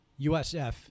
USF